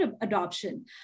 adoption